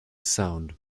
sound